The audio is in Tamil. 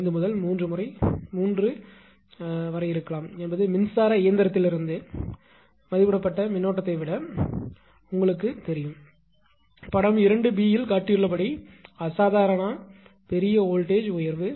5 முதல் 3 முறை இருக்கலாம் என்பது மின்சார இயந்திரத்திலிருந்து மதிப்பிடப்பட்ட மின்னோட்டத்தை விட உங்களுக்குத் தெரியும் படம் 2 பி இல் காட்டப்பட்டுள்ளபடி அசாதாரண பெரிய வோல்ட்டேஜ் உயர்வு